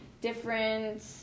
different